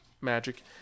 Magic